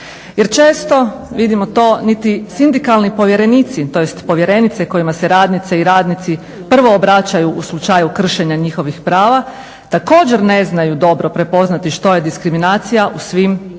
Jer često vidimo to, niti sindikalni povjerenici tj. povjerenice kojima se radnice i radnici prvo obraćaju u slučaju kršenja njihovih prava, također ne znaju dobro prepoznati što je diskriminacija u svim njezinim